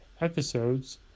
episodes